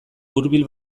hurbil